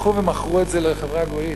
והלכו ומכרו את זה לחברה גויית.